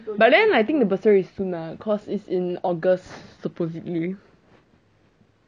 but then I think the bursary is soon lah cause is in august supposedly